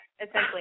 essentially